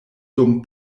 dum